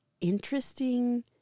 interesting